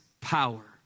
power